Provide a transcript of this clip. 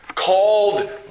called